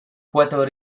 puerto